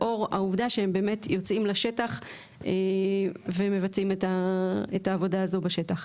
לאור העובדה שהם יוצאים לשטח ומבצעים את העבודה הזו בשטח.